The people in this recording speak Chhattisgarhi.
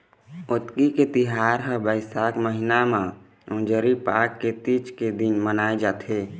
अक्ती के तिहार ह बइसाख महिना म अंजोरी पाख के तीज के दिन मनाए जाथे